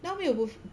now 没有 buff~